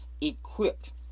equipped